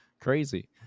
crazy